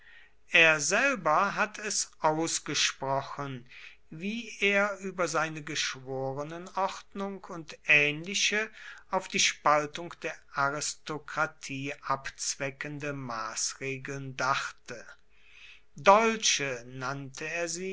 er selber hat es ausgesprochen wie er über seine geschworenenordnung und ähnliche auf die spaltung der aristokratie abzweckende maßregeln dachte dolche nannte er